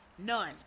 none